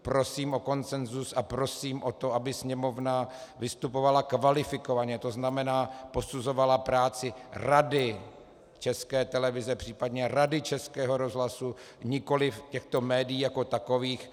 Prosím o konsenzus a prosím o to, aby Sněmovna vystupovala kvalifikovaně, to znamená posuzovala práci Rady České televize, případně Rady Českého rozhlasu, nikoliv těchto médií jako takových.